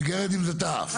הוא יגרד עם זה את האף.